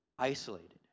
isolated